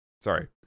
sorry